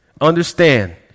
Understand